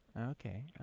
Okay